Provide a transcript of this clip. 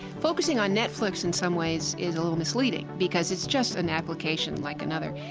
focusing on netflix in some ways is a little misleading, because it's just an application like another.